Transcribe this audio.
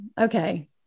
Okay